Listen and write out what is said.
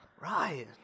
Right